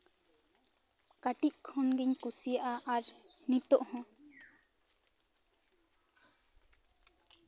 ᱠᱟᱹᱴᱤᱡ ᱠᱷᱚᱱᱜᱤᱧ ᱠᱩᱥᱤᱭᱟᱜᱼᱟ ᱟᱨ ᱱᱤᱛᱚᱜ ᱦᱚᱸ